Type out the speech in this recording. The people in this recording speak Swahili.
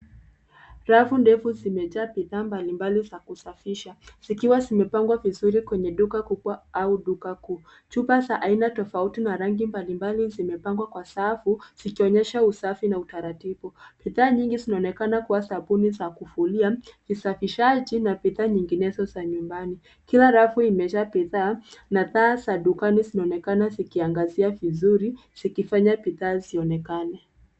Rafu ndefu zimejaa bidhaa mbalimbali za kusafisha zikiwa zimepangwa vizuri kwenye duka kubwa au duka kuu. Chupa za aina tofauti na rangi mbalimbali zimepangwa kwa safu, zikionyesha usafi na utaratibu. Bidhaa nyingi zinaonekana kuwa sabuni za kufulia, visafishaji na bidhaa nyinginezo za nyumbani. Kila rafu imejaa bidhaa na taa za dukani zinaonekana zikiangazia vizuri zikifanya bidhaa zionekane.